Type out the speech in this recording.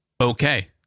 Okay